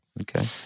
Okay